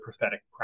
prophetic